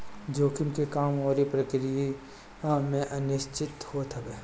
जोखिम के काम अउरी प्रक्रिया में अनिश्चितता होत हवे